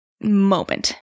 moment